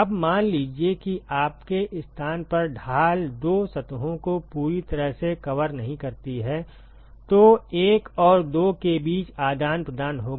अब मान लीजिए कि आपके स्थान पर ढाल 2 सतहों को पूरी तरह से कवर नहीं करती है तो 1 और 2 के बीच आदान प्रदान होगा